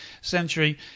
century